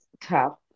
tough